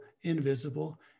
invisible